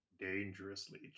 dangerously